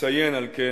אציין על כן